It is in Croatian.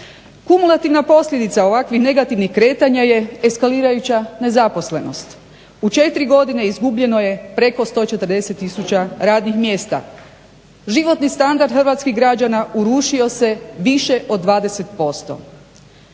Kumulativna posljedica ovakvih negativnih kretanja je eskalirajući nezaposlenost. U 4 godine izgubljeno je preko 140 tisuća radnih mjesta. Životni standard hrvatskih građana urušio se više od 20%.